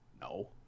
No